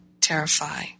terrify